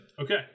Okay